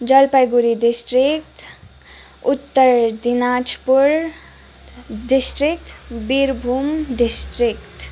Jalpaiguri district Uttar Dinajpur district Birbhum district